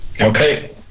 Okay